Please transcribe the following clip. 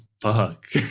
fuck